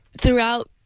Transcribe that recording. throughout